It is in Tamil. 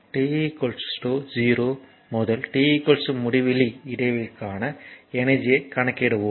t 0 முதல் t முடிவிலி இடைவெளிக்கான எனர்ஜியை கணக்கிடுவோம்